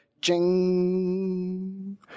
jing